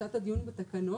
כשהיה את הדיון בתקנות,